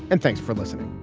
and thanks for listening